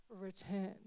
return